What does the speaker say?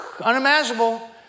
unimaginable